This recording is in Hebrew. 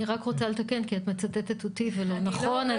אני רק רוצה לתקן, כי את מצטטת אותי ולא נכון.